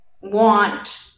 want